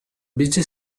busy